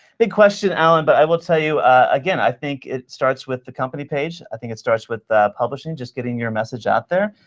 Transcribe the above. big question, alan, but i will tell you, again, i think it starts with the company page. i think it starts with publishing, just getting your message out there,